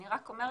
אני רק אומרת